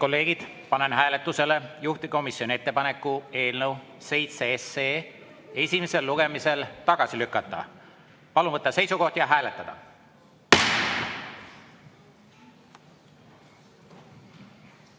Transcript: kolleegid, panen hääletusele juhtivkomisjoni ettepaneku eelnõu 7 esimesel lugemisel tagasi lükata. Palun võtta seisukoht ja hääletada!